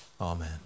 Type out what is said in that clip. Amen